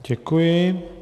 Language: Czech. Děkuji.